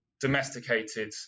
domesticated